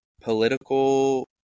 political